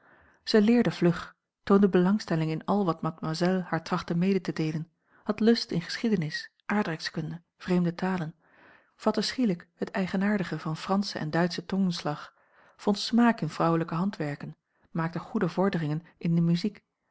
zij leerde vlug toonde belangstelling in al wat mademoiselle haar trachtte mede te deelen had lust in geschiedenis aardrijkskunde vreemde talen vatte schielijk het eigenaardige van franschen en duitschen tongslag vond smaak in vrouwelijke handwerken maakte goede vorderingen in de muziek